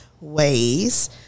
ways